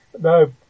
No